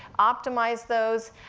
optimize those,